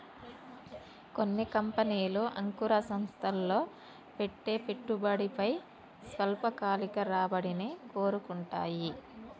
కొన్ని కంపెనీలు అంకుర సంస్థల్లో పెట్టే పెట్టుబడిపై స్వల్పకాలిక రాబడిని కోరుకుంటాయి